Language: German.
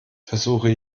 versuche